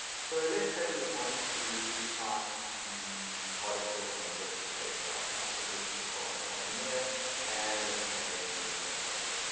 so let's say we want to cite the article on this page right now. so this is from entreprenuer and it's a news article.